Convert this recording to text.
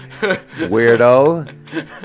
weirdo